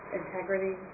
integrity